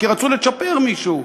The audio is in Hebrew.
כי רצו לצ'פר מישהו.